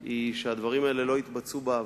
היא שהדברים האלה לא התבצעו בעבר,